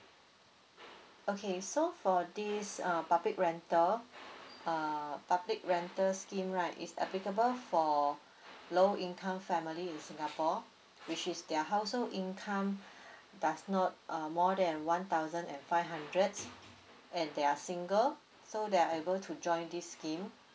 okay so for this uh public rental uh public rental scheme right it's applicable for low income family in singapore which is they're household income does not uh more than one thousand and five hundreds and they are single so they are able to join this scheme